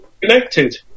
connected